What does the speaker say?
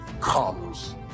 comes